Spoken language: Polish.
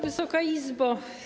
Wysoka Izbo!